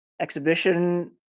Exhibition